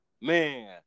Man